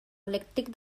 elèctric